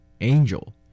Angel